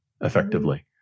effectively